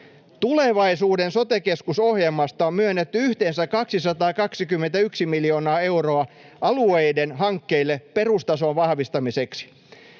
Tulevaisuuden sote-keskus ‑ohjelmasta on myönnetty yhteensä 221 miljoonaa euroa alueiden hankkeille perustason vahvistamiseksi.